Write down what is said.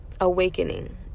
awakening